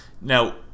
Now